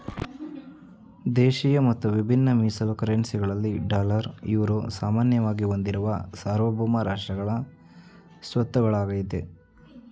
ದೇಶಿಯ ಮತ್ತು ವಿಭಿನ್ನ ಮೀಸಲು ಕರೆನ್ಸಿ ಗಳಲ್ಲಿ ಡಾಲರ್, ಯುರೋ ಸಾಮಾನ್ಯವಾಗಿ ಹೊಂದಿರುವ ಸಾರ್ವಭೌಮ ರಾಷ್ಟ್ರಗಳ ಸ್ವತ್ತಾಗಳಾಗೈತೆ